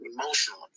emotional